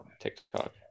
TikTok